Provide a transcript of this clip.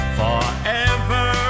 forever